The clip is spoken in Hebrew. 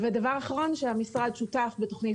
ודבר האחרון הוא שהמשרד שותף לתוכנית